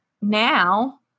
now